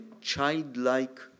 childlike